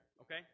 okay